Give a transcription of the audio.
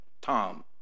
Tom